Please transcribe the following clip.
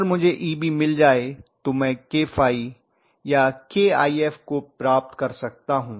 अगर मुझे Eb मिल जाए तो मैं kΦ या kIf को प्राप्त कर सकता हूं